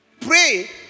Pray